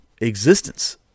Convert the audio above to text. existence